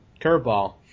curveball